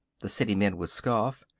the city men would scoff.